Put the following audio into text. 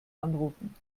anrufen